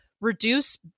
reduce